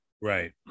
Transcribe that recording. right